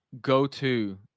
go-to